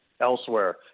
elsewhere